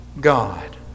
God